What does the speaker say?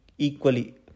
equally